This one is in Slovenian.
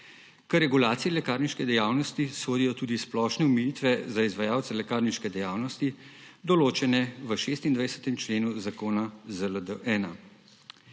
K regulaciji lekarniške dejavnosti sodijo tudi splošne omejitve za izvajalce lekarniške dejavnosti, določene v 26. členu zakona ZLD-1.